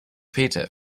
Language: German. peter